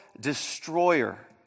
destroyer